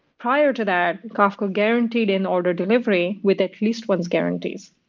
prior to that, kafka guaranteed in order delivery with at least once guarantees.